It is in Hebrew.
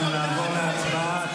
אנחנו נעבור להצבעה.